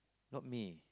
not me